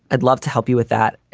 i'd love to help you with that.